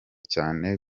cyane